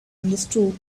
understood